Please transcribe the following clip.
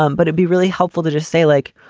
um but it be really helpful to just say, like,